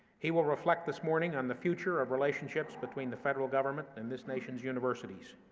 he will reflect this morning on the future of relationships between the federal government and this nation's universities,